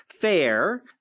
fair